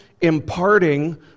imparting